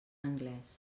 anglès